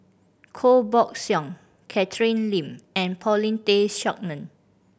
Koh Buck Song Catherine Lim and Paulin Tay Straughan